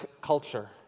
culture